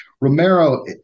Romero